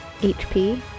HP